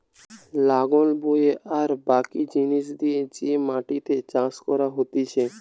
লাঙল বয়ে আর বাকি জিনিস দিয়ে যে মাটিতে চাষ করা হতিছে